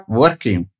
working